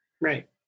Right